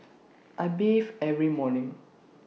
I bathe every morning